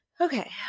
Okay